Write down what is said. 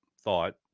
thought